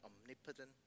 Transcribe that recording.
omnipotent